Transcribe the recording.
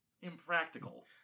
impractical